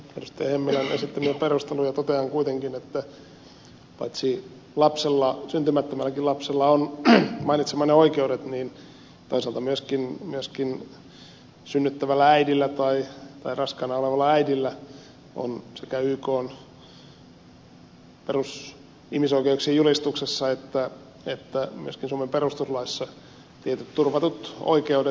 hemmilän esittämiä perusteluja totean kuitenkin että paitsi lapsella syntymättömälläkin lapsella on mainitsemanne oikeudet niin toisaalta myöskin synnyttävällä äidillä tai raskaana olevalla äidillä on sekä ykn ihmisoikeuksien julistuksessa että myöskin suomen perustuslaissa tietyt turvatut oikeudet